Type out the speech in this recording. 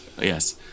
Yes